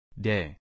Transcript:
Day